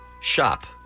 shop